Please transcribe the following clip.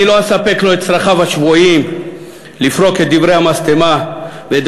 אני לא אספק לו את צרכיו השבועיים לפרוק את דברי המשטמה ואת